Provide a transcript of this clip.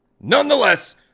Nonetheless